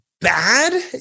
bad